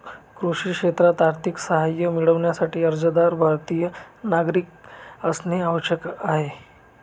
कृषी क्षेत्रात आर्थिक सहाय्य मिळविण्यासाठी, अर्जदार भारतीय नागरिक असणे आवश्यक आहे